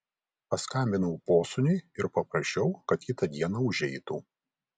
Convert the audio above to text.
paskambinau posūniui ir paprašiau kad kitą dieną užeitų